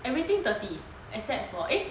everything thirty except for eh